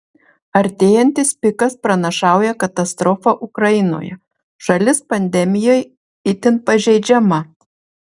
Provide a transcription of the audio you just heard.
artėjantis pikas pranašauja katastrofą ukrainoje šalis pandemijai itin pažeidžiama